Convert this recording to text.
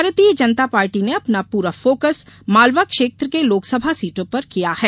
भारतीय जनता पार्टी ने अपना पूरा फोकस मालवा क्षेत्र के लोकसभा सीटों पर किया है